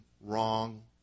wrong